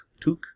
Took